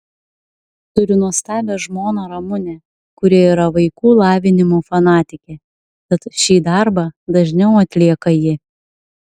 turiu nuostabią žmoną ramunę kuri yra vaikų lavinimo fanatikė tad šį darbą dažniau atlieka ji